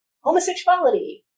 homosexuality